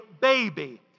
baby